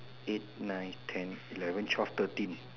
eight nine ten eleven twelve thirteen